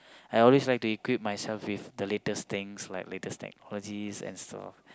I always like to equip myself with the latest things like latest technologies and stuff